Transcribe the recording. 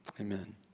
Amen